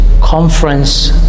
conference